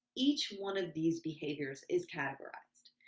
each one of these behaviors is categorized.